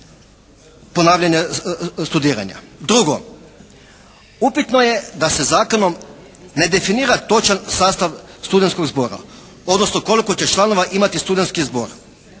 ponavljanje studiranja. Drugo, upitno je da se zakonom ne definira točan sastav studentskog zbora odnosno koliko će članova imati studentski zbor.